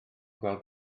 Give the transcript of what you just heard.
gweld